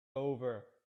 over